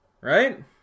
Right